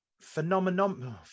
phenomenon